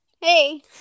Hey